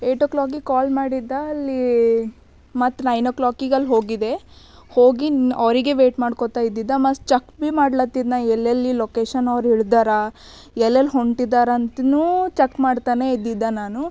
eight ಓ ಕ್ಲಾಕಿಗೆ call ಮಾಡಿದ್ದೆ ಅಲ್ಲಿ ಮತ್ತು ನೈನ್ ಓ ಕ್ಲಾಕಿಗೆ ಅಲ್ಲಿ ಹೋಗಿದ್ದೆ ಹೋಗಿನ್ನ ಅವರಿಗೆ ವೆಯ್ಟ್ ಮಾಡ್ಕೊತಾ ಇದ್ದಿದ್ದೆ ಮತ್ತು ಚಕ್ ಬಿ ಮಾಡ್ಲತ್ತಿದ್ನ ಎಲ್ಲೆಲ್ಲಿ ಲೊಕೇಶನ್ ಅವ್ರು ಇಳ್ದಾರಾ ಎಲ್ಲೆಲ್ಲಿ ಹೊಂಟಿದಾರಂತ ಚಕ್ ಮಾಡ್ತನೇ ಇದ್ದಿದ್ದೆ ನಾನು